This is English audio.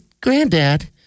granddad